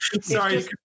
sorry